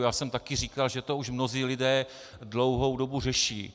Já jsem také říkal, že to už mnozí lidé dlouhou dobu řeší.